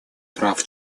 прав